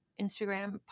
Instagram